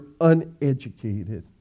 uneducated